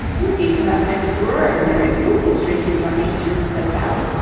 you seem to have an extraordinary brutal streak in your nature, said sally.